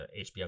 HBO